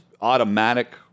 automatic